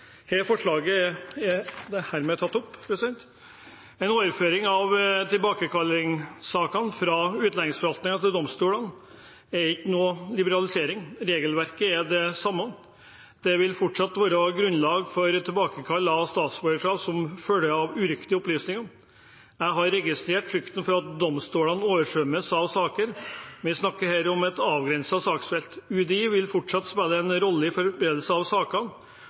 forslaget er herved tatt opp. En overføring av tilbakekallingssakene fra utlendingsforvaltningen til domstolene er ingen liberalisering. Regelverket er det samme. Det vil fortsatt være grunnlag for tilbakekall av statsborgerskap som følge av uriktige opplysninger. Jeg har registrert frykten for at domstolene overstrømmes av saker. Vi snakker her om et avgrenset saksfelt. UDI vil fortsatt spille en rolle i forberedelsen av sakene,